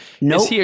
no